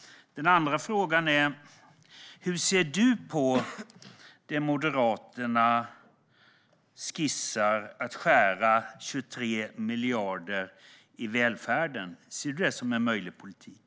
Den andra frågan är: Hur ser du på det Moderaterna skissar på - att skära 23 miljarder i välfärden? Ser du det som en möjlig politik?